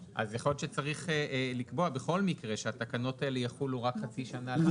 יכול להיות שצריך לקבוע בכל מקרה שהתקנות האלה יחולו רק חצי שנה אחרי.